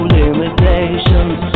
limitations